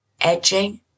edging